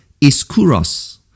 iskuros